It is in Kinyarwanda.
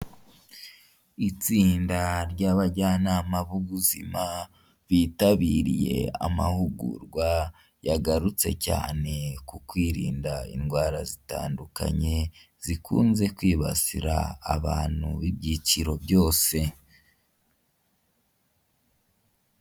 Itsinda ry'abajyanama b'ubuzima bitabiriye amahugurwa, yagarutse cyane ku kwirinda indwara zitandukanye zikunze kwibasira abantu b'ibyiciro byose.